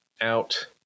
out